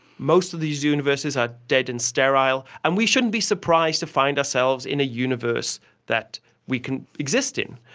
most of these universes are dead and sterile, and we shouldn't be surprised to find ourselves in a universe that we can exist in.